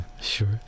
Sure